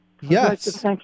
Yes